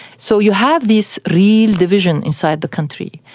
so you have this real division inside the country.